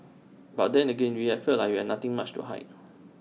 but then again we'll felt like we are nothing much to hide